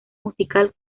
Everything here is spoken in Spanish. musical